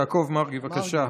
יעקב מרגי, בבקשה.